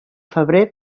febrer